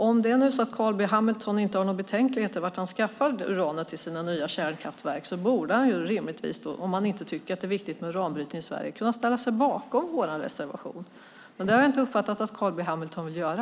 Om Carl B Hamilton inte har några betänkligheter om varifrån han skaffar uranet till sina nya kärnkraftverk borde han, om han inte tycker att det är viktigt med uranbrytning i Sverige, kunna ställa sig bakom vår reservation. Men det har jag inte uppfattat att Carl B Hamilton vill göra.